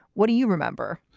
what do you remember?